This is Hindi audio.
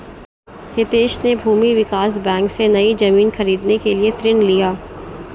हितेश ने भूमि विकास बैंक से, नई जमीन खरीदने के लिए ऋण लिया